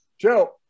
Joe